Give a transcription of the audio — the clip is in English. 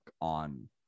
on